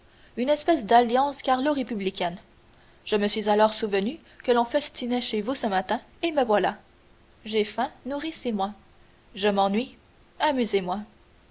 une espèce d'alliance carlos républicaine je me suis alors souvenu que l'on festinait chez vous ce matin et me voilà j'ai faim nourrissez moi je m'ennuie